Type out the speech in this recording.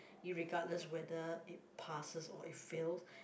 irregardless whether it passes or it fails